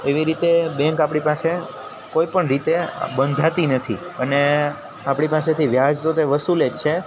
એવી રીતે બેન્ક આપણી પાસે કોઈપણ રીતે બંધાતી નથી અને આપણી પાસેથી વ્યાજ તો તે વસૂલે જ છે